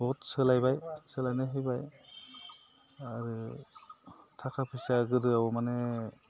बहुद सोलायबाय सोलायना फैबाय आरो थाखा फैसाया गोदो माने